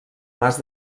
mas